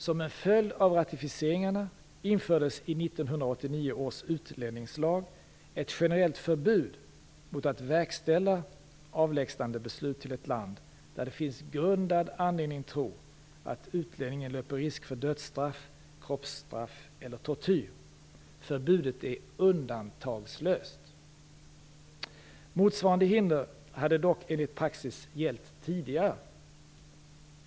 Som en följd av ratificeringarna infördes i 1989 års utlänningslag ett generellt förbud mot att verkställa beslut om avlägsnande till ett land där det finns grundad anledning tro att utlänningen löper risk för dödsstraff, kroppsstraff eller tortyr. Förbudet är undantagslöst. Motsvarande hinder hade dock enligt praxis gällt tidigare.